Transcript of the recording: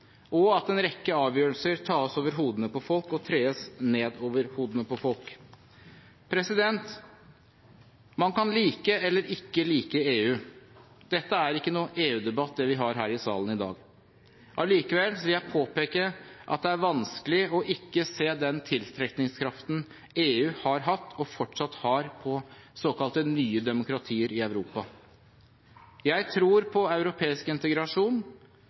og at en rekke avgjørelser tas over hodene på folk og tres ned over hodene på folk. Man kan like eller ikke like EU. Det er ikke noen EU-debatt vi har her i salen i dag. Allikevel vil jeg påpeke at det er vanskelig ikke å se den tiltrekningskraften EU har hatt, og fortsatt har, på såkalte nye demokratier i Europa. Jeg tror på europeisk integrasjon,